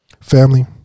Family